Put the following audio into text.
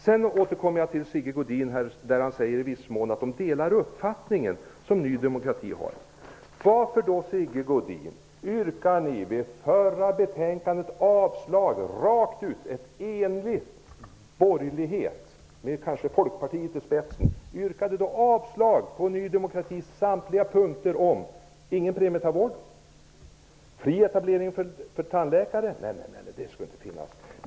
Sedan återkommer jag till Sigge Godin, som säger att de borgerliga i viss mån delar den uppfattning som Ny demokrati har. Varför, Sigge Godin, yrkade ni vid behandlingen av det förra betänkandet avslag på Ny demokratis förslag på samtliga punkter? Det gjorde ni rakt av, en enig borgerlighet, kanske med Folkpartiet i spetsen. Vårt förslag var följande. Ingen premietandvård. Fri etablering för tandläkare. Nej, nej! -- det skulle inte få finnas!